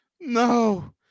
No